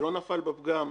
שלא נפל בה פגם,